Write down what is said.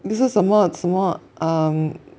你是什么什么 um